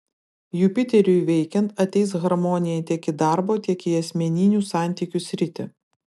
jupiteriui veikiant ateis harmonija tiek į darbo tiek į asmeninių santykių sritį